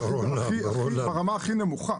זה הרמה הכי נמוכה.